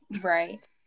Right